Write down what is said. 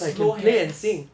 slow hands